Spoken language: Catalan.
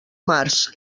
març